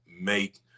make